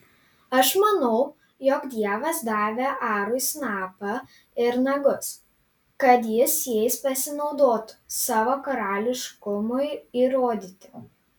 aš manau jog dievas davė arui snapą ir nagus kad jis jais pasinaudotų savo karališkumui įrodyti